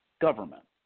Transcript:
government